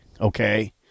okay